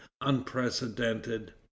unprecedented